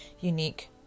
Unique